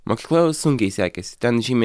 mokykla sunkiai sekėsi ten žymiai